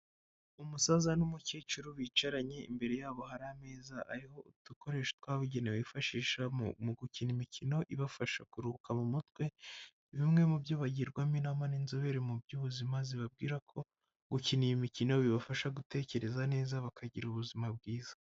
Umusaza n'umukecuru bicaranye, imbere yabo hari ameza ariho udukoresho twabugenewe bifashisha mu gukina imikino ibafasha kuruhuka mu mutwe. Bimwe mu byo bagirwamo inama n'inzobere mu by'ubuzima zibabwira ko gukina iyi mikino bibafasha gutekereza neza bakagira ubuzima bwiza.